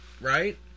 right